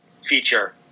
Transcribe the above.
feature